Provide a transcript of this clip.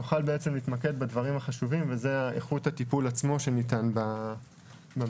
נוכל להתמקד בדברים החשובים וזה איכות הטיפול עצמו שניתן במעונות.